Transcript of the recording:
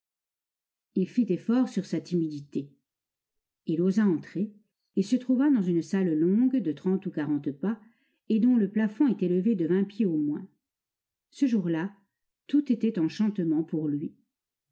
il fit effort sur sa timidité il osa entrer et se trouva dans une salle longue de trente ou quarante pas et dont le plafond est élevé de vingt pieds au moins ce jour-là tout était enchantement pour lui